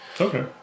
Okay